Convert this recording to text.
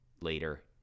later